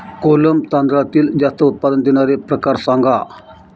कोलम तांदळातील जास्त उत्पादन देणारे प्रकार सांगा